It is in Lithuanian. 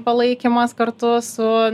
palaikymas kartu su